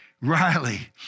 Riley